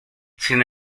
sin